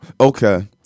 Okay